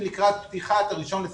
לקראת פתיחת שנת הלימודים ב-1 בספטמבר.